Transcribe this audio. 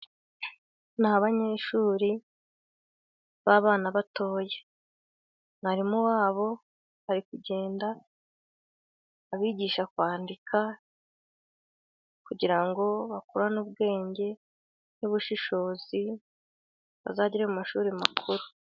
Ni abanyeshuri b'abana batoya. Mwarimu wa bo ari kugenda abigisha kwandika, kugira ngo bakurane ubwenge n'ubushishozi, bazagere mu mashuri makuru.